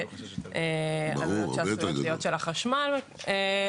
והעלויות שעשויות להיות לחשמל וכו'.